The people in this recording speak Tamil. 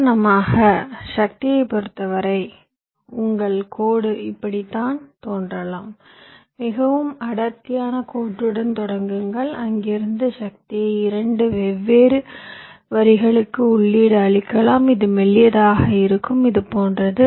உதாரணமாக சக்தியைப் பொறுத்தவரை உங்கள் கோடு இப்படித்தான் தோன்றலாம் மிகவும் அடர்த்தியான கோடுடன் தொடங்குங்கள் அங்கிருந்து சக்தியை இரண்டு வெவ்வேறு வரிகளுக்கு உள்ளீடு அளிக்கலாம் இது மெல்லியதாக இருக்கும் இது போன்றது